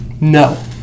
No